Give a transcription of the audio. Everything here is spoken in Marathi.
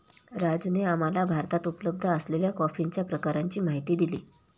राजूने आम्हाला भारतात उपलब्ध असलेल्या कॉफीच्या प्रकारांची माहिती दिली